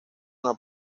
una